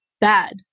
bad